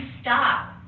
stop